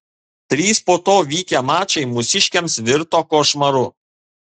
trys po to vykę mačai mūsiškiams virto košmaru